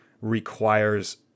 requires